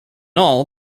all